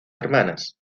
hermanas